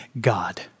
God